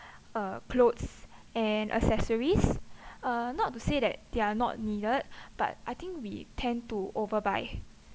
uh clothes and accessories uh not to say that they are not needed but I think we tend to over buy